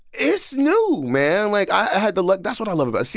it's new, man. like, i had to let that's what i love about see,